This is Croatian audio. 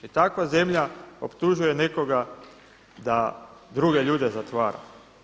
I takva zemlja optužuje nekoga da druge ljude zatvara.